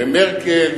ומרקל,